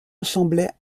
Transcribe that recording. ressemblaient